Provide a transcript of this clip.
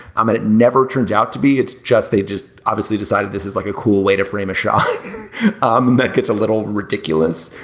i mean it never turns out to be it's just they've just obviously decided this is like a cool way to frame a shot and that gets a little ridiculous.